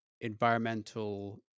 environmental